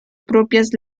propias